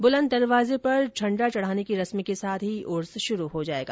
बुलंद दरवाजे पर झंड़ा चढ़ाने की रस्म के साथ ही यह उर्स शुरू हो जाएगा